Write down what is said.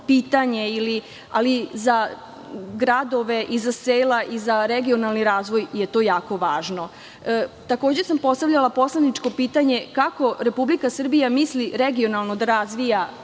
ali za gradove i za sela i za regionalni razvoj je to jako važno. Takođe, sam postavljala poslaničko pitanje – kako Republika Srbija misli regionalno da razvija